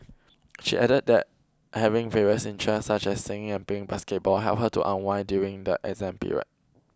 she added that having various interests such as singing and playing basketball helped her to unwind during the exam period